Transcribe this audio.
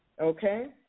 Okay